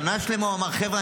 שנה שלמה הוא אמר: חבר'ה,